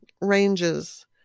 ranges